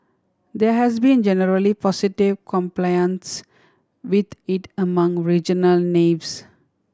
there has been generally positive compliance with it among regional navies